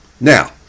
Now